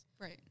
Right